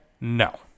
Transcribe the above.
No